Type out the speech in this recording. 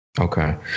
Okay